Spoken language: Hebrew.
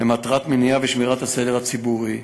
למטרת מניעה ושמירת הסדר הציבורי.